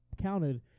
counted